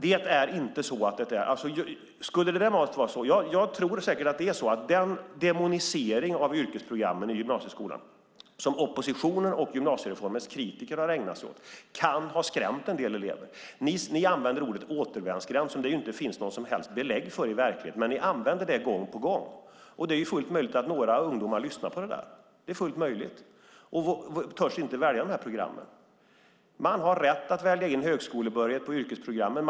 Det skulle eventuellt kunna vara så, och jag tror säkert att det är så, att den demonisering av yrkesprogrammen i gymnasieskolan som oppositionen och gymnasiereformens kritiker har ägnat sig åt kan ha skrämt en del elever. Ni använder gång på gång ordet återvändsgränd, som det inte finns något som helst belägg för i verkligheten. Det är fullt möjligt att några ungdomar lyssnar på det där och inte törs välja de här programmen. Det är fullt möjligt. Man har rätt att välja till högskolebehörighet på yrkesprogrammen.